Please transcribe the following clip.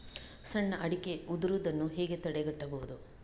ಸಣ್ಣ ಅಡಿಕೆ ಉದುರುದನ್ನು ಹೇಗೆ ತಡೆಗಟ್ಟಬಹುದು?